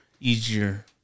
easier